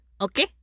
okay